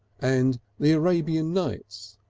and the arabian nights,